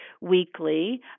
weekly